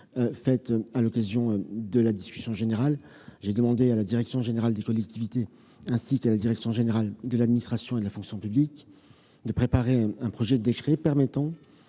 -fait à l'occasion de la discussion générale. J'ai demandé à la direction générale des collectivités, ainsi qu'à la direction générale de l'administration et de la fonction publique, de préparer un projet de décret permettant